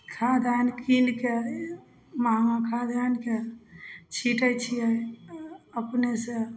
खाद आयल कीनके महँगा खाद आयल छींटै छियै अपने सऽ